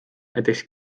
näiteks